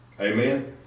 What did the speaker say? Amen